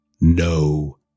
no